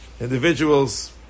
individuals